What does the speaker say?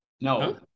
No